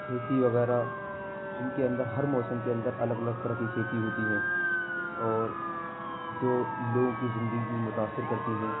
کھیتی وغیرہ ان کے اندر ہر موسم کے اندر الگ الگ طرح کی کھیتی ہوتی ہے اور جو لوگوں کی زندگی کو متاثر کرتی ہے